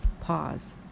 Pause